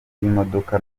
y’imodoka